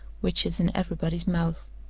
which is in everybody's mouth.